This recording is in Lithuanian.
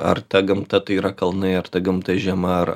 ar ta gamta tai yra kalnai ar ta gamta žiema ar